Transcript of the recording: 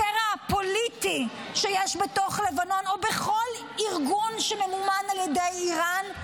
הקרע הפוליטי שיש בתוך לבנון או בכל ארגון שממומן על ידי איראן,